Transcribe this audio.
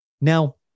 Now